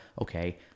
okay